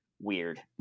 weird